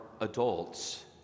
adults